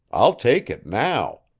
i'll take it now.